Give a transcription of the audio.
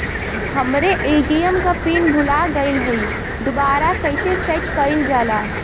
हमरे ए.टी.एम क पिन भूला गईलह दुबारा कईसे सेट कइलजाला?